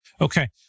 Okay